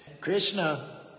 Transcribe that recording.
Krishna